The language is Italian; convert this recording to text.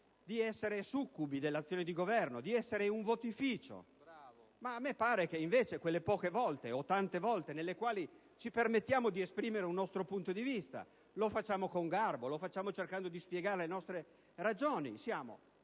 di essere succubi dell'azione di governo, di essere un votificio. A me pare invece che quelle poche o tante volte nelle quali ci permettiamo di esprimere un nostro punto di vista, e lo facciamo con garbo, lo facciamo cercando di spiegare le nostre ragioni, siamo